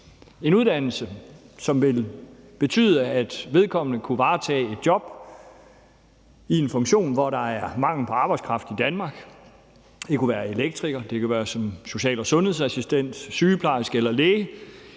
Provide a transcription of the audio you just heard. en uddannelse, som ville betyde, at vedkommende kunne varetage et job i en funktion, hvor der er mangel på arbejdskraft i Danmark. Det kunne være elektriker, det kunne være som social- og sundhedsassistent, sygeplejerske eller læge,